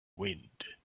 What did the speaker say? wind